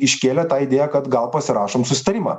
iškėlė tą idėją kad gal pasirašom susitarimą